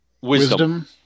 Wisdom